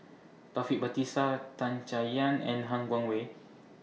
Taufik Batisah Tan Chay Yan and Han Guangwei